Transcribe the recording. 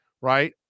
Right